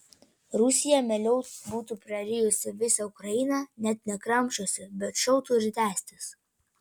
rusija mieliau būtų prarijusi visą ukrainą net nekramčiusi bet šou turi tęstis